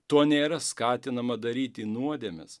tuo nėra skatinama daryti nuodėmes